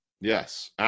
Yes